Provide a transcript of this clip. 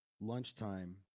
lunchtime